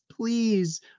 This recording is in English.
Please